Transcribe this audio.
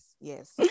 yes